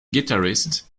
guitarist